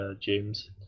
James